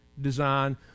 design